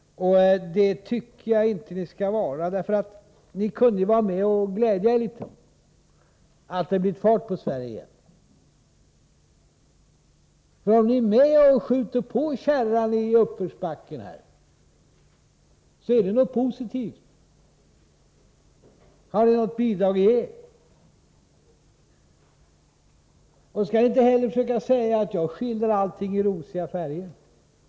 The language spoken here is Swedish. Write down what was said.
Det tycker jag inte att ni skall vara, ni kunde vara med och glädja er litet över att det har blivit fart på Sverige igen. Om ni är med och skjuter på kärran i uppförsbacken, är det något positivt. Då har ni ett bidrag att ge. Ni skall inte heller försöka säga att jag skildrar allting i rosiga färger.